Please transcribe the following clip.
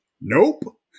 nope